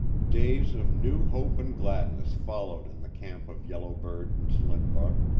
days of new hope and gladness followed in the camp of yellow bird and slim buck.